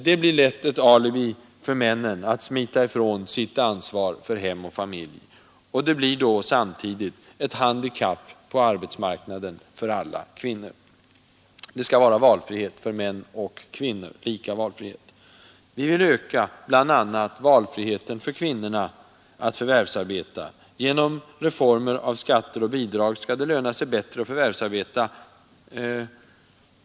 Den blir lätt ett alibi för männen att smita ifrån sitt ansvar för hem och familj, och den medför samtidigt ett handikapp på arbetsmarknaden för alla kvinnor. Valfriheten skall gälla både män och kvinnor. Vi vill öka bl.a. valfriheten för kvinnorna att förvärvsarbeta. Genom reformer av skatter och bidrag skall det löna sig bättre att förvärvsarbeta.